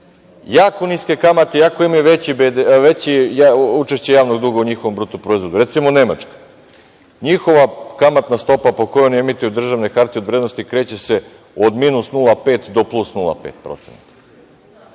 jako niske kamate iako imaju veće učešće javnog duga u njihovom BDP. Recimo Nemačka. Njihova kamatna stopa po kojoj oni emituju državne hartije od vrednosti kreće se minus 0,5% do plus 0,5%.